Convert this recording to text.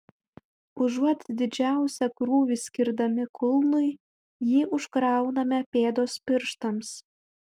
užuot didžiausią krūvį skirdami kulnui jį užkrauname pėdos pirštams